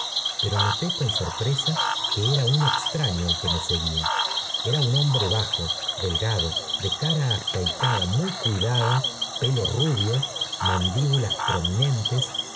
pero notó con sorpresa que era un extraño el que me seguía era un homore bajo delgado de cara afeitada muy cuidada pelo rubio y mandíbulas prominentes